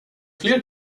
fler